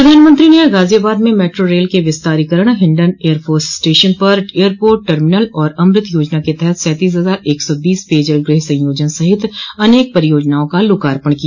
प्रधानमंत्री ने गाजियाबाद में मेट्रो रेल के विस्तारीकरण हिंडन एयरफोर्स स्टेशन पर एयरपोर्ट टर्मिनल और अमृत योजना के तहत सैंतीस हजार एक सौ बीस पेयजल गृह संयोजन सहित अनेक परियोजनाओं का लोकार्पण किया